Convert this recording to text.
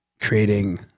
creating